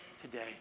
today